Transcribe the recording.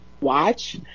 watch